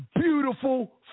beautiful